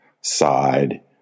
side